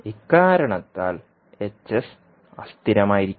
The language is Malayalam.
ഇക്കാരണത്താൽ അസ്ഥിരമായിരിക്കും